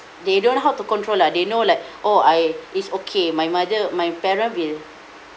they don't know how to control lah they know like oh I is okay my mother my parent will